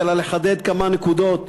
אלא לחדד כמה נקודות,